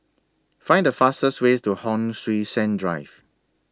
Find The fastest Way to Hon Sui Sen Drive